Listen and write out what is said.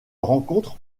rencontre